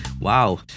Wow